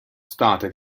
state